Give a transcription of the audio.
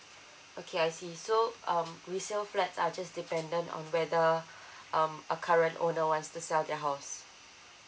okay I see so um resale flat are just dependent on whether um a current owner wants to sell their house